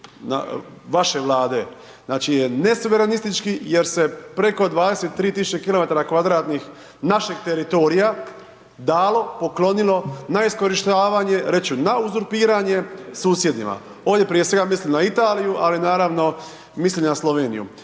vaše Vlade znači je nesuverenistički jer se preko 23000 km2 našeg teritorija dalo, poklonilo na iskorištavanje, reću na uzurpiranje susjedima, ovdje prije svega mislim na Italiju, ali naravno mislim i na Sloveniju.